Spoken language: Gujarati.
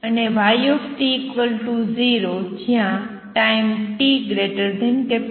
અને yt0 જ્યાં ટાઈમ t T